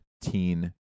teen